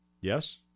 Yes